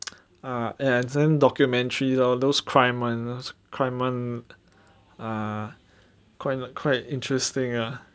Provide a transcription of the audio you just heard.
ah documentary lor those crime [one] crime [one] ah quite quite interesting ah